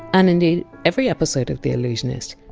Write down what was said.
and indeed every episode of the allusionist,